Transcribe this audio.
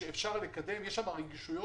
כל העבודות שם נעשות